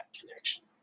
connection